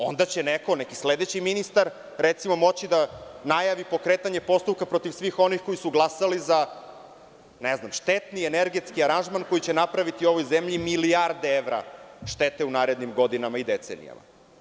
Onda će neko, neki sledeći ministar, recimo moći da najavi pokretanje postupka protiv svih onih koji su glasali za, ne znam, štetni energetski aranžman koji će napraviti ovoj zemlji milijarde evra štete u narednim godinama i decenijama.